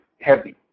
heavy